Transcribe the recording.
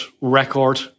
record